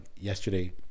yesterday